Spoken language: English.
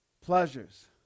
pleasures